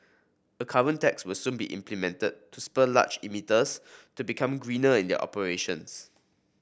a carbon tax will soon be implemented to spur large emitters to become greener in their operations